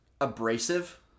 abrasive